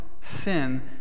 sin